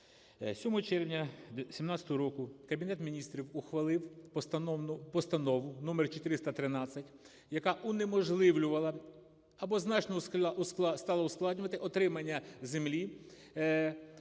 7 червня 17-го року Кабінет Міністрів ухвалив Постанову № 413, яка унеможливлювала або значно стала ускладнювати отримання землі